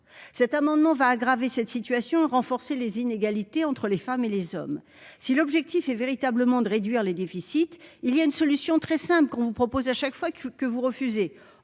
cet amendement va aggraver cette situation, renforcer les inégalités entre les femmes et les hommes, si l'objectif est véritablement de réduire les déficits, il y a une solution très simple qu'on vous propose à chaque fois que que vous refusez,